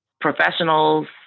professionals